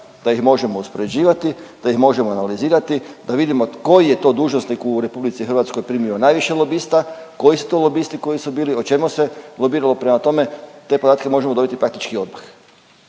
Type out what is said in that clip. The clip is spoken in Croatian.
da ih možemo uspoređivati, da ih možemo analizirati da vidimo koji je to dužnosnik u RH primio najviše lobista, koji su to lobisti koji su bili, o čemu se lobiralo, prema tome, te podatke možemo dobiti praktički odmah,